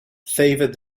favoured